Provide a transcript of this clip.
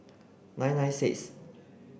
nine nine six